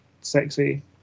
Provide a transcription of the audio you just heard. sexy